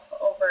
over